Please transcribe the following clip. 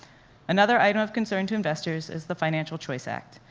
another item of concern to investors is the financial choice act,